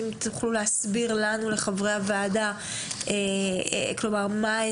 אם תוכלו להסביר לחברי הוועדה מה ההסדר,